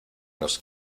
nos